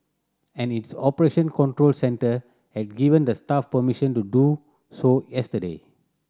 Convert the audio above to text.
and its operation control centre had given the staff permission to do so yesterday